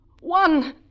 One